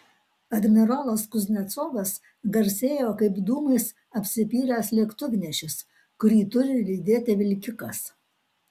admirolas kuznecovas garsėjo kaip dūmais apsipylęs lėktuvnešis kurį turi lydėti vilkikas